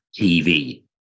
TV